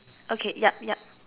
okay yep yep